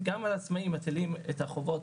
גם על עצמאים מטילים חובות,